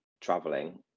traveling